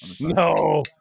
No